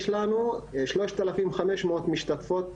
יש לנו שלושת אלפים חמש מאות משתתפות,